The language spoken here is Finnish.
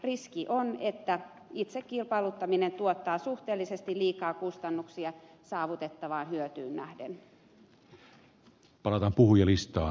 riski on että itse kilpailuttaminen tuottaa suhteellisesti liikaa kustannuksia saavutettavaan hyötyyn nähden